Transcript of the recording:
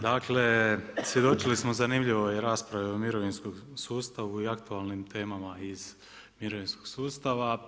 Dakle, svjedočili smo zanimljivoj raspravi o mirovinskom sustavu i aktualnim temama iz mirovinskog sustava.